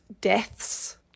deaths